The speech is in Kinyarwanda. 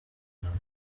ruhame